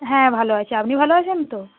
হ্যাঁ ভালো আছি আপনি ভালো আছেন তো